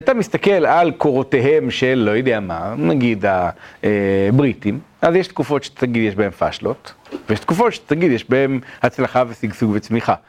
אתה מסתכל על קורותיהם של לא יודע מה, נגיד הבריטים, אז יש תקופות שתגיד, יש בהן פשלות, ויש תקופות שתגיד, יש בהן הצלחה ושגשוג וצמיחה.